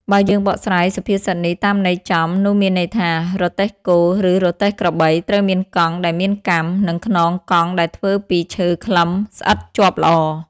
បើយើងបកស្រាយសុភាសិតនេះតាមន័យចំ នោះមានន័យថា រទេះគោ ឬរទេះក្របី ត្រូវមានកង់ ដែលមានកាំ និងខ្នងកង់ដែលធ្វើពីឈើខ្លឹម ស្អិតជាប់ល្អ ។